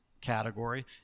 category